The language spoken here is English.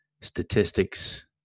statistics